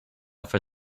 for